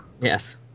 Yes